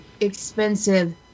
expensive